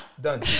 Done